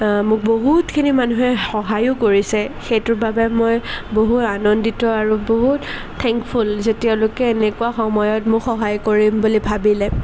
মোক বহুতখিনি মানুহে সহায়ো কৰিছে সেইটোৰ বাবে মই বহু আনন্দিত আৰু বহুত থেংকফুল যে তেওঁলোকে এনেকুৱা সময়ত মোক সহায় কৰিম বুলি ভাবিলে